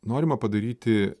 norima padaryti